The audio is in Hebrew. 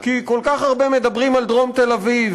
כי כל כך הרבה מדברים על דרום תל-אביב,